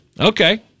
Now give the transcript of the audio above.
Okay